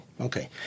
Okay